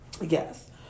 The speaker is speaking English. yes